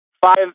five